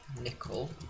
nickel